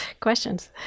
questions